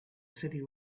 city